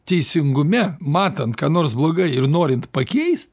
teisingume matant ką nors blogai ir norint pakeist